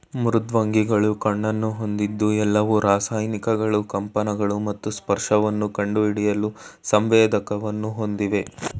ಮೃದ್ವಂಗಿಗಳು ಕಣ್ಣನ್ನು ಹೊಂದಿದ್ದು ಎಲ್ಲವು ರಾಸಾಯನಿಕಗಳು ಕಂಪನಗಳು ಮತ್ತು ಸ್ಪರ್ಶವನ್ನು ಕಂಡುಹಿಡಿಯಲು ಸಂವೇದಕವನ್ನು ಹೊಂದಿವೆ